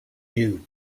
you